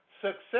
Success